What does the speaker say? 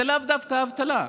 זה לאו דווקא מאבטלה.